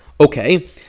Okay